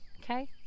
okay